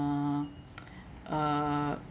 uh